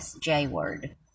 J-word